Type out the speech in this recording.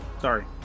sorry